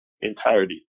entirety